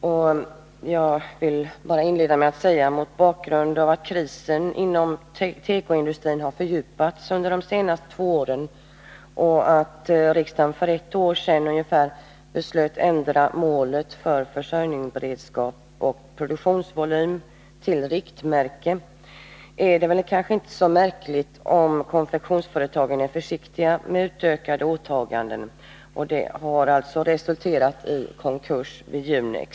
Inledningsvis vill jag säga att det mot bakgrund av att krisen inom tekoindustrin har fördjupats under de senaste två åren och att riksdagen för ungefär ett år sedan beslöt ändra målet för försörjningsberedskap och produktionsvolym till att utgöra riktmärke kanske inte är så märkligt, om konfektionsföretagen är försiktiga med utökade åtaganden. Detta har alltså resulterat i konkurs vid Junex.